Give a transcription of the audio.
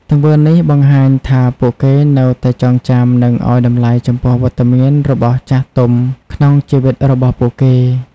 ទង្វើនេះបង្ហាញថាពួកគេនៅតែចងចាំ និងឲ្យតម្លៃចំពោះវត្តមានរបស់ចាស់ទុំក្នុងជីវិតរបស់ពួកគេ។